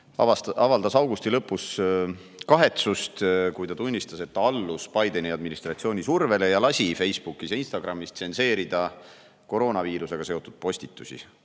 avaldas augusti lõpus kahetsust ja tunnistas, et allus Bideni administratsiooni survele ning lasi Facebookis ja Instagramis tsenseerida koroonaviirusega seotud postitusi.